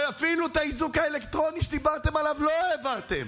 ואפילו את האיזוק האלקטרוני שדיברתם עליו לא העברתם.